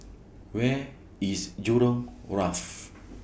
Where IS Jurong Wharf